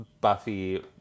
Buffy